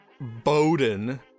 Bowden